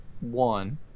one